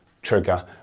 trigger